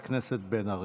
חברת הכנסת בן ארי.